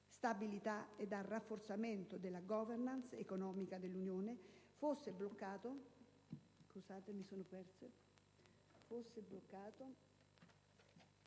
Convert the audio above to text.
e al rafforzamento della *governance* economica dell'Unione, fosse bloccato